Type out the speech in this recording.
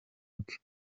bwe